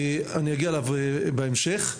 ואגיע אליו בהמשך.